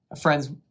Friends